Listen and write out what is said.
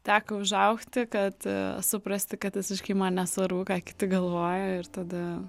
teko užaugti kad suprasti kad visiškai man nesvarbu ką kiti galvoja ir tada